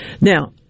Now